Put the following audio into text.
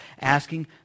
Asking